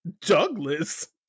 Douglas